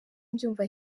mbyumva